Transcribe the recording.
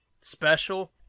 special